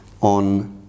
on